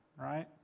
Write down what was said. right